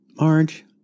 Marge